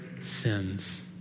sins